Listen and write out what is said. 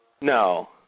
No